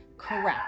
correct